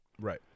Right